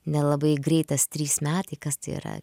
nelabai greitas trys metai kas tai yra